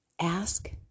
ask